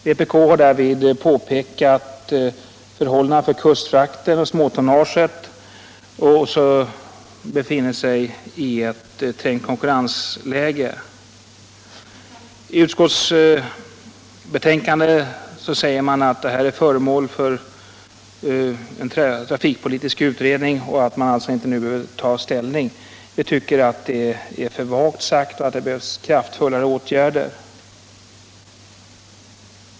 Vpk har påpekat förhållandena för kustfrakten och småtonnaget, som befinner sig i ett trängt konkurrensläge. I utskottsbetänkandet säger man att denna fråga är föremål för en trafikpolitisk utredning och att man alltså inte nu behöver ta ställning. Vi tycker att det är för vagt sagt och att det behövs kraftfullare åtgärder.